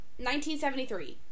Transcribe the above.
1973